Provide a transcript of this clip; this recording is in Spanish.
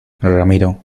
ramiro